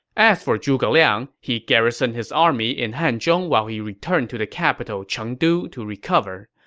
as for zhuge liang, he garrisoned his army in hanzhong while he returned to the capital chengdu to recover.